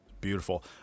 Beautiful